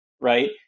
right